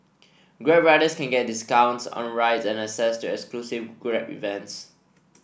grab riders can get discounts on rides and access to exclusive Grab events